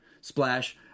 Splash